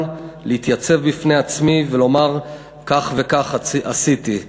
להתייצב בפני עצמי ולומר כך וכך עשיתי,